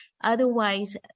Otherwise